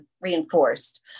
reinforced